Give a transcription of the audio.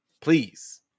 Please